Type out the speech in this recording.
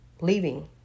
leaving